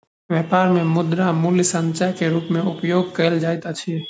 व्यापार मे मुद्रा मूल्य संचय के रूप मे उपयोग कयल जाइत अछि